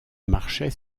marchait